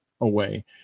away